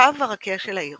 קו הרקיע של העיר